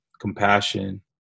Compassion